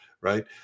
right